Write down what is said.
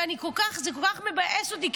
וזה כל כך מבאס אותי,